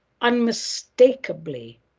unmistakably